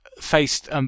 faced